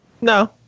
No